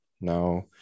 now